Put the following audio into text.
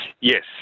Yes